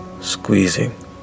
squeezing